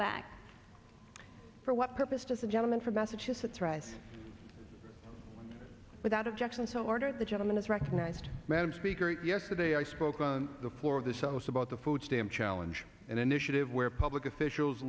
back for what purpose does the gentleman from massachusetts rise without objection so ordered the gentleman is recognized madam speaker yesterday i spoke on the floor of this house about the food stamp challenge an initiative where public officials